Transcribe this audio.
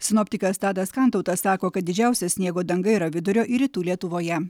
sinoptikas tadas kantautas sako kad didžiausia sniego danga yra vidurio ir rytų lietuvoje